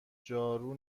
جارو